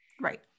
right